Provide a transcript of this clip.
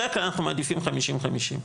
בדרך כלל אנחנו מעדיפים חמישים חמישים.